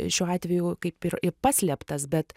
šiuo atveju kaip ir ir paslėptas bet